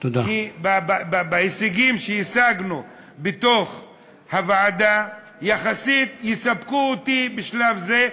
כי ההישגים שהשגנו בוועדה יחסית יספקו אותי בשלב זה,